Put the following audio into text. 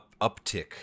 uptick